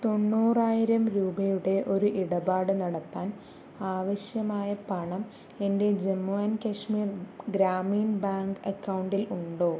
തൊണ്ണൂറായിരം രൂപയുടെ ഒരു ഇടപാട് നടത്താൻ ആവശ്യമായ പണം എൻ്റെ ജമ്മു ആൻഡ് കശ്മീർ ഗ്രാമീൺ ബാങ്ക് അക്കൗണ്ടിൽ ഉണ്ടോ